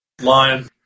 Lion